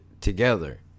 together